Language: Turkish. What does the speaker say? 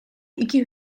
iki